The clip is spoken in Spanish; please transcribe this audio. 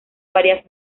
varias